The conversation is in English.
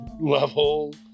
level